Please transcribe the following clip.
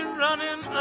running